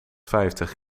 vijftig